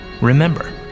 Remember